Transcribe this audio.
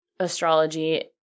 astrology